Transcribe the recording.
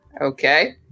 Okay